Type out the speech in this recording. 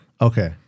Okay